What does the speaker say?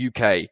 UK